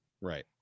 right